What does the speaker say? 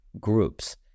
groups